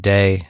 Day